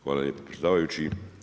Hvala lijepo predsjedavajući.